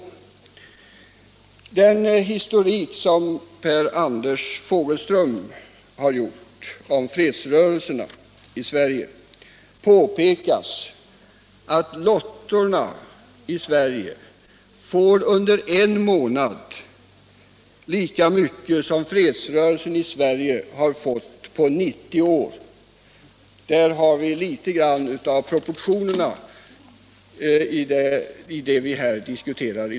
I den historik som Per Anders Fogelström har gjort om fredsrörelserna i Sverige påpekas att lottorna i Sverige under en månad får lika mycket pengar som fredsrörelserna i Sverige har fått under 90 år. Där har vi litet grand av proportionerna i det som vi nu diskuterar.